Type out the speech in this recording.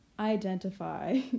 identify